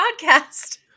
podcast